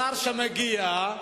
השר שמגיע,